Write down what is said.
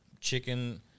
chicken